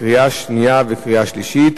קריאה שנייה וקריאה שלישית.